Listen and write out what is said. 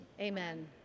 Amen